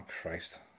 Christ